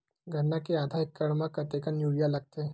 गन्ना के आधा एकड़ म कतेकन यूरिया लगथे?